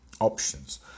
options